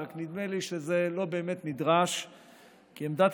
רק נדמה לי שזה לא באמת נדרש כי עמדת